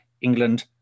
England